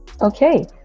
okay